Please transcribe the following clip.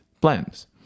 plans